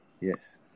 Yes